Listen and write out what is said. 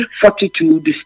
fortitude